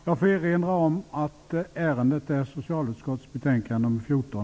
Jag får erinra om att ärendet gäller socialutskottets betänkande 14.